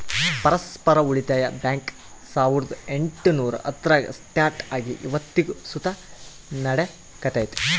ಪರಸ್ಪರ ಉಳಿತಾಯ ಬ್ಯಾಂಕ್ ಸಾವುರ್ದ ಎಂಟುನೂರ ಹತ್ತರಾಗ ಸ್ಟಾರ್ಟ್ ಆಗಿ ಇವತ್ತಿಗೂ ಸುತ ನಡೆಕತ್ತೆತೆ